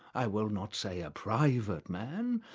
i will not say a private man,